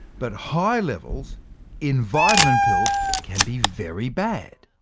but high levels in vitamin pills can be very bad